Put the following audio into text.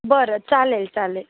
बरं चालेल चालेल